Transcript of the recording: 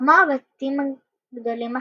וכמו בתים גדולים אחרים,